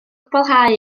cwblhau